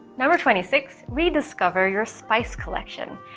number twenty six rediscover your spice collection.